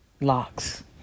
locks